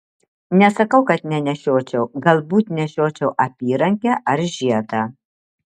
nesakau kad nenešiočiau galbūt nešiočiau apyrankę ar žiedą